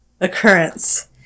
occurrence